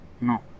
No